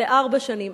של ארבע שנים.